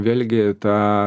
vėlgi ta